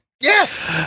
Yes